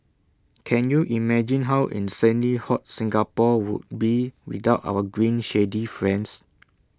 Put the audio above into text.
can you imagine how insanely hot Singapore would be without our green shady friends